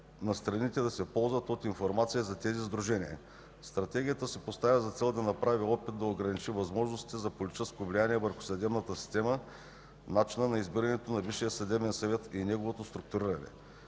на страните да се ползват от информацията за тези сдружения. Стратегията си поставя за цел да направи опит да ограничи възможностите за политическо влияние върху съдебната система, начина на избиране на Висшия съдебен съвет и неговото структуриране.